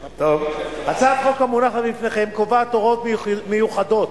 הצעת החוק המונחת בפניכם קובעת הוראות מיוחדות